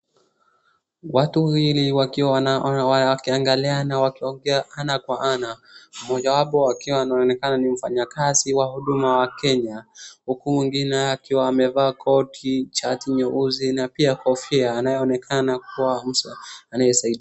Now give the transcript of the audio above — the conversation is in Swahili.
Watu wawili wakiangaliana wakiongea ana kwa ana mmojawapo akiwa anaonekana ni mfanyakazi wa Huduma Kenya huku mwingine akiwa amevaa koti, shati nyeusi na pia kofia anayeonekana kuwa anayesaidiwa.